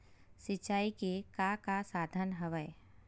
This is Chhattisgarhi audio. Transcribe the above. सिंचाई के का का साधन हवय?